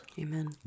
Amen